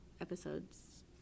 episodes